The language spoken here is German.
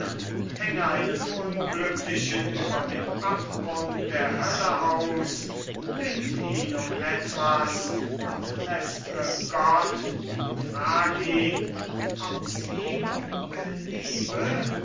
hänge einen unglücklichen über dem abgrund der hölle aus bitt ihn um etwas und lästre gott und frag ihn ob es ihm beliebe